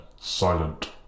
silent